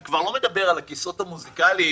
אני כבר לא מדבר על הכיסאות המוזיקליים